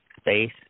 space